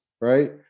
Right